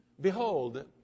behold